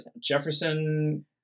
Jefferson